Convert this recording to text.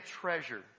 treasure